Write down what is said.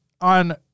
on